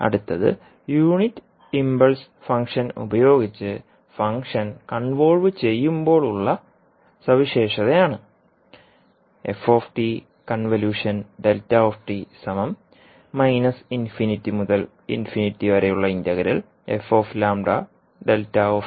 അടുത്തത് unit impulse function ഉപയോഗിച്ച് function convolve ചെയ്യുമ്പോൾ ഉളള സവിശേഷത ആണ്